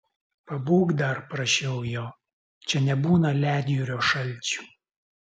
pabūk dar prašiau jo čia nebūna ledjūrio šalčių